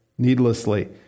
needlessly